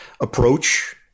approach